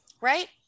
right